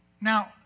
Now